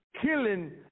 killing